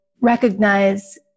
recognize